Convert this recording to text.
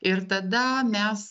ir tada mes